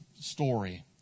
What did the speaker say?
story